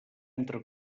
entre